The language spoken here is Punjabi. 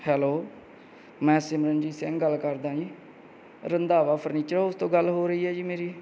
ਹੈਲੋ ਮੈਂ ਸਿਮਰਨਜੀਤ ਸਿੰਘ ਗੱਲ ਕਰਦਾ ਜੀ ਰੰਧਾਵਾ ਫਰਨੀਚਰ ਹਾਊਸ ਤੋਂ ਗੱਲ ਹੋ ਰਹੀ ਹੈ ਜੀ ਮੇਰੀ